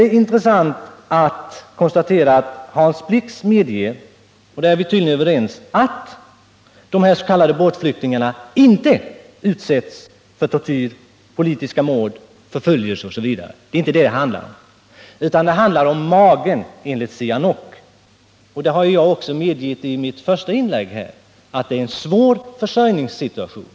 Det är intressant att konstatera att Hans Blix medger — och där är vi tydligen överens — att de s.k. båtflyktingarna inte utsatts för tortyr, politiska mord, förföljelse, osv. Det är inte det det handlar om, utan det handlar enligt Sihanouk om magen. Det har jag också sagt i mitt första inlägg: Vietnam befinner sig i en svår försörjningssituation.